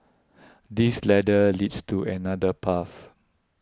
this ladder leads to another path